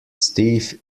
steve